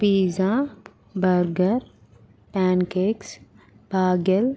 pizza burger pancakes పాాగెల్